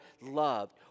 loved